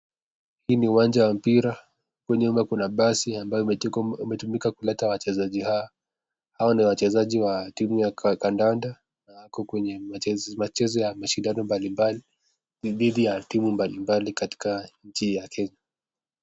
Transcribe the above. Hii ni uwanja wa mpira nyuma kule Kuna basi ambayo imetumika kuleta wachezaji hawa , hawa ni wachezaji wa timu wa kandanda na wako Kwa machezo ya mashindano ya mbalimbali ni binu ya timu mbalimbali katika nchi ya Kenya.